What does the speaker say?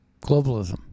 globalism